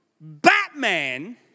Batman